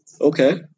Okay